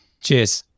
Cheers